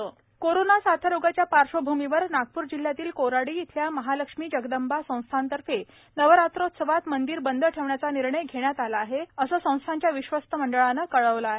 कोराडी कोरोनासाथरोगाच्या पार्श्वभूमीवर नागपूर जिल्ह्यातील कोराडी येथील महालक्ष्मी जगदंबासंस्थानतर्फे नवरात्रोत्सवात मंदिर बंद ठेवण्याचा निर्णय घेण्यात आल्याचे संस्थानच्या विश्वस्त मंडळाने कळविले आहे